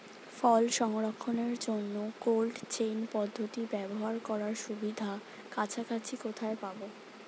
ফল সংরক্ষণের জন্য cold chain পদ্ধতি ব্যবহার করার সুবিধা কাছাকাছি কোথায় পাবো?